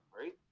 right